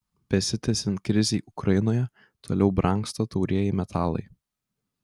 besitęsiant krizei ukrainoje toliau brangsta taurieji metalai